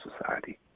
society